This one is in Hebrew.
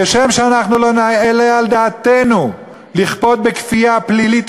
כשם שאנחנו לא נעלה על דעתנו כפייה פלילית